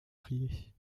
prier